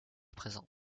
présent